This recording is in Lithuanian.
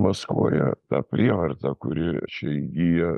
maskuoja tą prievartą kuri čia įgyja